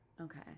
Okay